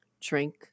drink